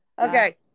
Okay